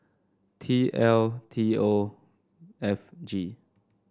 T L T O F G